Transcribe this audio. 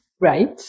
Right